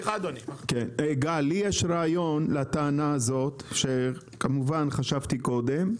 גל, לי יש רעיון לטענה הזאת, כמובן שחשבתי קודם,